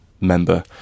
member